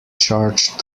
charged